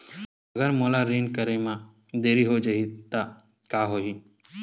अगर मोला ऋण करे म देरी हो जाहि त का होही?